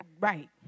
right